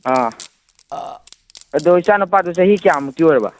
ꯑꯥ ꯑꯗꯣ ꯏꯆꯥꯅꯨꯄꯥꯗꯣ ꯆꯍꯤ ꯀꯌꯥꯃꯨꯛꯇꯤ ꯑꯣꯏꯔꯕ